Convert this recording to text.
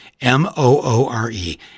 M-O-O-R-E